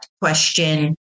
question